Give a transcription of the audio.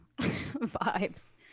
vibes